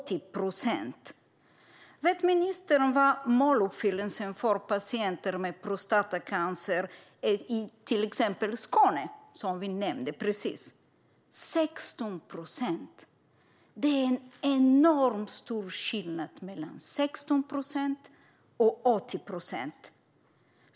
Vet ministern vad måluppfyllelsen för patienter med prostatacancer är i till exempel Skåne, som vi precis nämnde? Den är 16 procent. Det är en enormt stor skillnad mellan 16 procent och 80 procent.